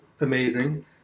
amazing